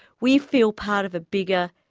we feel part of a bigger,